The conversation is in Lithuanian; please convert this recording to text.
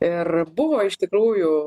ir buvo iš tikrųjų